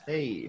Hey